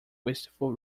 wasteful